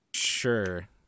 Sure